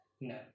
No